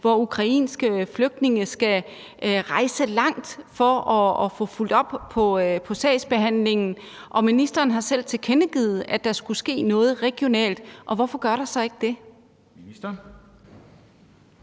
hvor ukrainske flygtninge skal rejse langt for at få fulgt op på sagsbehandlingen, og ministeren har selv tilkendegivet, at der skulle ske noget regionalt, og hvorfor gør der så ikke det?